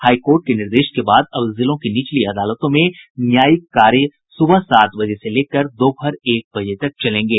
high court के निर्देश के बाद अब जिलों की निचली अदालतों में न्यायिक कार्य सुबह सात बजे से लेकर दोपहर एक बजे तक चलेंगे